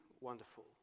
wonderful